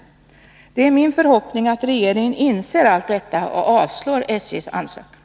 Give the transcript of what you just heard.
Det är min förhoppning att regeringen inser allt detta och avslår SJ:s ansökan.